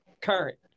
current